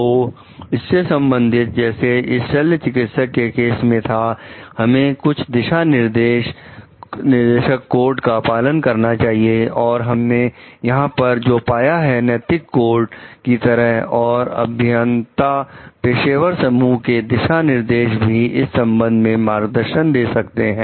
तो इससे संबंधित जैसे इस शल्य चिकित्सक के केस में था हमें कुछ दिशा निर्देशक कोड का पालन करना चाहिए और हमने यहां पर जो पाया नैतिक कोड की तरह और अभियंता पेशेवर समूह के दिशा निर्देश भी इस संबंध में मार्गदर्शन दे सकते हैं